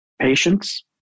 patience